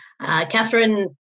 Catherine